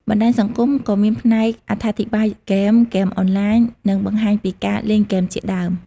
បណ្តាញសង្គមក៏មានផ្នែកអត្ថាធិប្បាយហ្គេម ហ្គេមអនឡាញ និងបង្ហាញពីការលេងហ្គេមជាដើម។